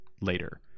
later